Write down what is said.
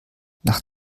nach